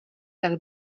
tak